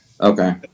Okay